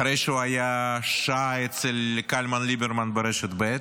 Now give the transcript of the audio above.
אחרי שהוא היה שעה אצל קלמן וליברמן ברשת ב'